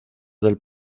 del